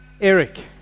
Eric